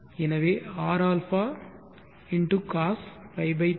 எனவே rα cos π 3